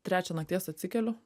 trečią nakties atsikeliu